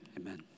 amen